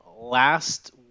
last